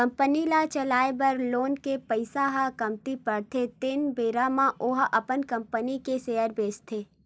company ल चलाए बर लोन के पइसा ह कमती परथे तेन बेरा म ओहा अपन कंपनी के सेयर बेंचथे